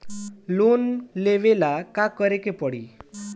Loan लेबे ला का करे के पड़ी?